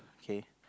okay